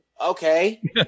Okay